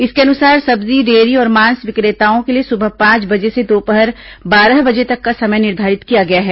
इसके अनुसार सब्जी डेयरी और मांस विक्रेताओं के लिए सुबह पांच बजे से दोपहर बारह बजे तक का समय निर्धारित किया गया है